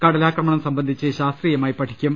കടലാക്രമണം സംബന്ധിച്ച് ശാസ്ത്രീയമായി പഠിക്കും